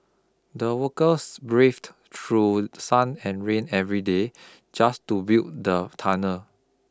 the workers braved through sun and rain every day just to build the tunnel